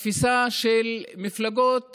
בתפיסה של מפלגות